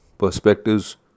Perspectives